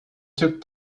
took